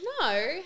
No